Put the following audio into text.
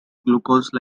glucose